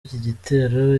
igitero